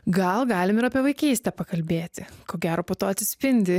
gal galim ir apie vaikystę pakalbėti ko gero po to atsispindi